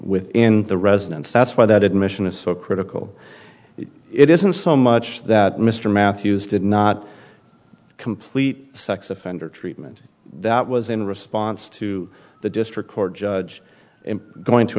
within the residence that's why that admission is so critical it isn't so much that mr matthews did not complete sex offender treatment that was in response to the district court judge going to